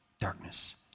darkness